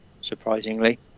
surprisingly